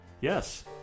Yes